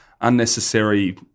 unnecessary